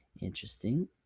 Interesting